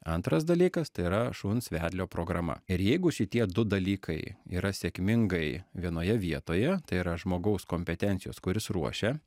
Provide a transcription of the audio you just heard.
antras dalykas tai yra šuns vedlio programa ir jeigu šitie du dalykai yra sėkmingai vienoje vietoje tai yra žmogaus kompetencijos kuris ruošia